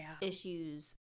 issues